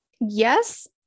Yes